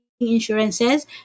insurances